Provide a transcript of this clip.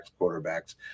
quarterbacks